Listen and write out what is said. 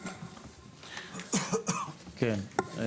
כן.